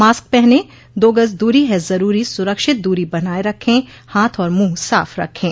mask पहनें दो गज़ दूरी है ज़रूरी सुरक्षित दूरी बनाए रखें हाथ और मुंह साफ रखें